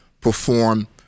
perform